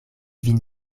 vin